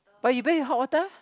but you bathe with hot water